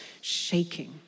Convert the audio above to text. shaking